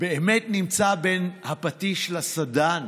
באמת נמצא בין הפטיש לסדן,